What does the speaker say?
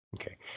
Okay